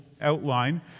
outline